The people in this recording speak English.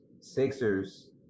Sixers